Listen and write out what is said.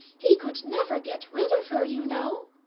he could never get rid of her, you know.